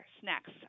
snacks